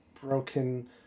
broken